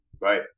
right